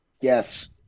Yes